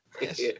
Yes